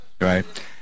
right